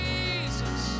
Jesus